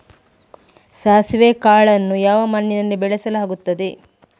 ಸಾಸಿವೆ ಕಾಳನ್ನು ಯಾವ ಮಣ್ಣಿನಲ್ಲಿ ಬೆಳೆಸಲಾಗುತ್ತದೆ?